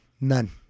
none